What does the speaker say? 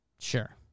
Sure